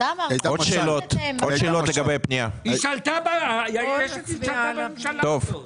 יש עתיד שלטה בממשלה הזאת.